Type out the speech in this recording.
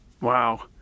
Wow